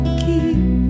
keep